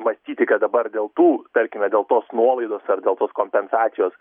mąstyti kad dabar dėl tų tarkime dėl tos nuolaidos ar dėl tos kompensacijos